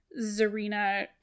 Zarina